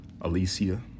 Alicia